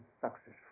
successful